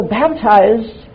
baptized